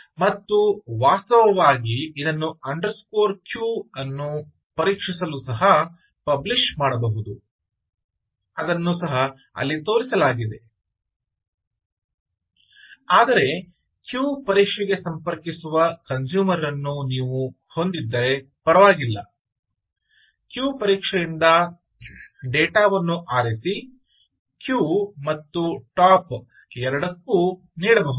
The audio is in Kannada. ಮತ್ತು ವಾಸ್ತವವಾಗಿ ಇದನ್ನು ಅಂಡರ್ಸ್ಕೋರ್ ಕ್ಯೂ queue ಅನ್ನು ಪರೀಕ್ಷಿಸಲು ಸಹ ಪಬ್ಲಿಶ್ ಮಾಡಬಹುದು ಅದನ್ನು ಸಹ ಅಲ್ಲಿ ತೋರಿಸಲಾಗಿದೆ ಆದರೆ ಕ್ಯೂ ಪರೀಕ್ಷೆಗೆ ಸಂಪರ್ಕಿಸುವ ಕನ್ಸೂಮರ್ ರನ್ನು ನೀವು ಹೊಂದಿದ್ದರೆ ಪರವಾಗಿಲ್ಲ ಕ್ಯೂ ಪರೀಕ್ಷೆಯಿಂದ ಡೇಟಾ ವನ್ನು ಆರಿಸಿ ಕ್ಯೂ ಮತ್ತು ಟಾಪ್ ಎರಡಕ್ಕೂ ನೀಡಬಹುದು